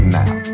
now